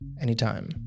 AnyTime